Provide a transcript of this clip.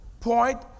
point